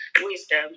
wisdom